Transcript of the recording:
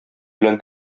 белән